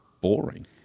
boring